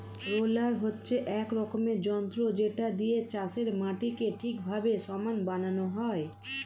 roller হচ্ছে এক রকমের যন্ত্র যেটা দিয়ে চাষের মাটিকে ঠিকভাবে সমান বানানো হয়